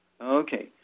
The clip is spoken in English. Okay